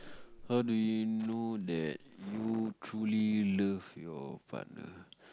how do you know that you truly love your partner